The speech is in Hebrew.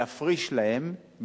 להפריש להם,